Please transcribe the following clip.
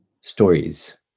stories